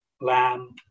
lamb